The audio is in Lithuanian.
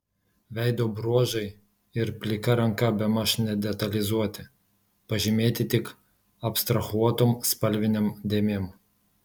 veido bruožai ir plika ranka bemaž nedetalizuoti pažymėti tik abstrahuotom spalvinėm dėmėm